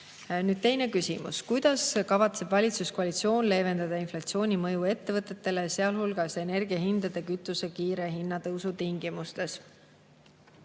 Teine küsimus: "Kuidas kavatseb valitsuskoalitsioon leevendada inflatsiooni mõju ettevõtetele, sh energiahindade ja kütuste kiire hinnatõusu tingimustes?"